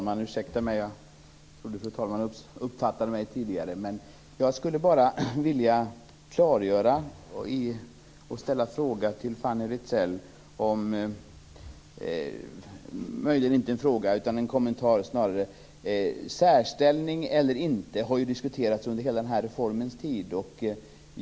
Fru talman! Jag skulle bara vilja klargöra och göra en kommentar till det Fanny Rizell sade. Särställning eller inte har diskuterats under hela den här reformens tid.